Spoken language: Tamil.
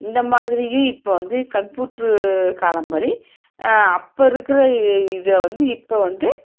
இந்த மாதிரியும் இப்போ வந்து கம்ப்யூட்டர் காலம் மாதிரி அப்போ இருக்கிற இதை வந்து இப்போ வந்து